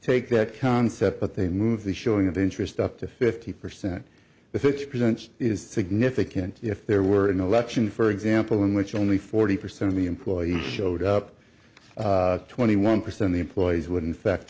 take that concept but they move the showing of interest up to fifty percent the six percent is significant if there were an election for example in which only forty percent of the employees showed up twenty one percent the employees would in fact